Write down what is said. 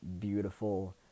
beautiful